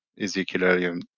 Ezekiel